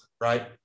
right